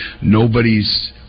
Nobody's